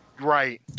Right